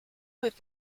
with